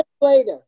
later